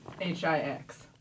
H-I-X